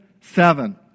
Seven